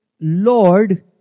Lord